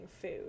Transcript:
food